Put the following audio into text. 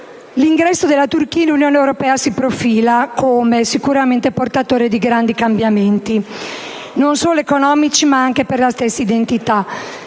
L'ingresso della Turchia nell'Unione europea si profila sicuramente come portatore di grandi cambiamenti, non solo economici ma anche per la stessa identità.